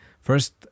first